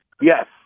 Yes